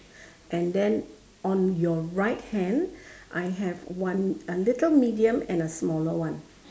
and then on your right hand I have one uh little medium and a smaller one